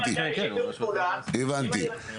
יש שיתוף פעולה -- הבנתי.